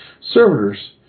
Servitors